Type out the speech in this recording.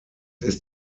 ist